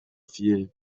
fièvre